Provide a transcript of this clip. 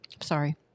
sorry